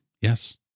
Yes